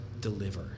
deliver